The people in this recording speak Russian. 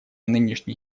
нынешней